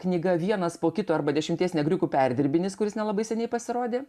knyga vienas po kito arba dešimties negriukų perdirbinis kuris nelabai seniai pasirodė